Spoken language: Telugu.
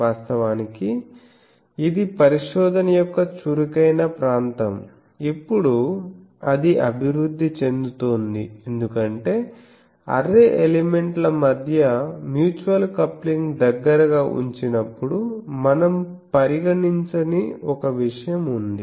వాస్తవానికి ఇది పరిశోధన యొక్క చురుకైన ప్రాంతం ఇప్పుడు అది అభివృద్ధి చెందుతోంది ఎందుకంటే అర్రే ఎలిమెంట్ల మధ్య మ్యూచువల్ కప్లింగ్ దగ్గరగా ఉంచినప్పుడు మనం పరిగణించని ఒక విషయం ఉంది